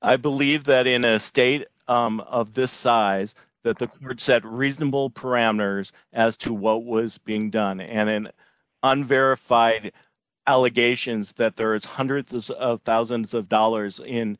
i believe that in a state of this size that the set reasonable parameters as to what was being done and then on verify allegations that there is hundreds of thousands of dollars in